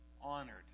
honored